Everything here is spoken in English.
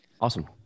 Awesome